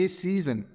season